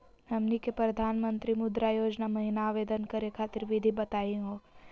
हमनी के प्रधानमंत्री मुद्रा योजना महिना आवेदन करे खातीर विधि बताही हो?